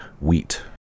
wheat